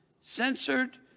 censored